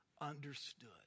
understood